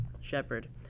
Shepard